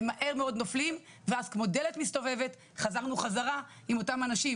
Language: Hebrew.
הם מהר מאוד נופלים ואז כמו דלת מסתובבת חזרנו חזרה עם אותם אנשים.